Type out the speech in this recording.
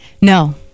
No